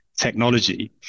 technology